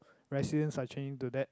residents are changing to that